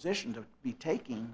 position to be taking